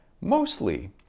mostly